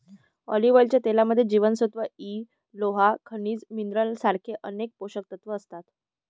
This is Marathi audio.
ऑलिव्हच्या तेलामध्ये जीवनसत्व इ, लोह, खनिज मिनरल सारखे अनेक पोषकतत्व असतात